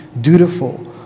dutiful